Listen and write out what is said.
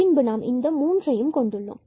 பின்பு நாம் இந்த 3ஐ கொண்டுள்ளோம்